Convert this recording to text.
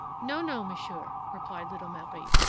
no, no, monsieur, replied little marie,